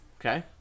Okay